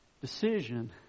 decision